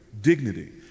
dignity